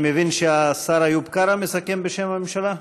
אני מבין שהשר איוב קרא מסכם בשם הממשלה?